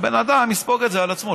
הבן אדם יספוג את זה על עצמו.